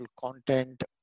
content